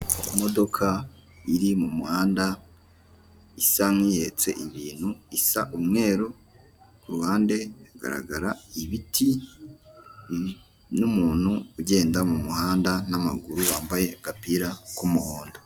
Imodoko iri mu muhanda isa n'ihetse ibintu isa umweru ku ruhande haragaragara ibiti n'umuntu ugenda mu muhanda n'amaguru wambaye agapira k'umuhondo.